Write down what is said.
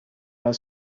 are